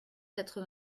quatre